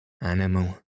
Animal